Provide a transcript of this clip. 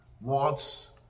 wants